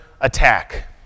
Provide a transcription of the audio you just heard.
attack